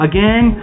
Again